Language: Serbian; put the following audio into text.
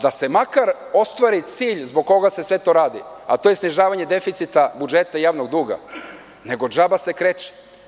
Da se makar ostvari cilj zbog koga se sve to radi, a to je snižavanje deficita budžeta javnog duga, nego džaba se kreči.